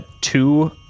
two